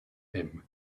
him